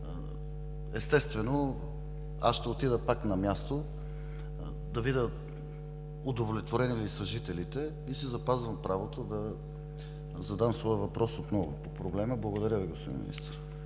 Естествено, ще отида пак на място да видя удовлетворени ли са жителите. Запазвам си правото отново да задам своя въпрос по проблема. Благодаря Ви, господин Министър.